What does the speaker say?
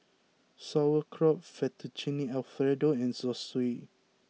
Sauerkraut Fettuccine Alfredo and Zosui